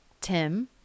Tim